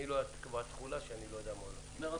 אני לא אקבע תחולה בלי שאני יודע מה הולך לקרות.